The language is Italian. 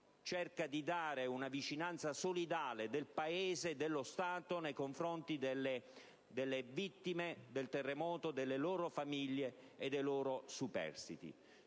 cerca di assicurare una vicinanza solidale da parte del Paese e dello Stato nei confronti delle vittime del terremoto, delle loro famiglie e dei superstiti.